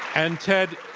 and, ted,